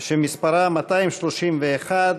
שמספרה 231,